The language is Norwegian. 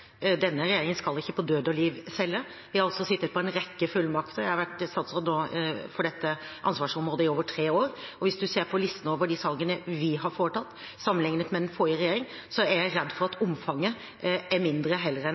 Denne regjeringen skal ikke på død og liv selge. Vi har sittet på en rekke fullmakter. Jeg har vært statsråd for dette ansvarsområdet i over tre år nå. Hvis man ser på listen over de salgene vi har foretatt, sammenlignet med den forrige regjeringen, er jeg redd for at omfanget er mindre heller enn